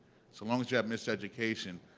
so long as you have miseducation.